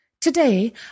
Today